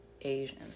Asian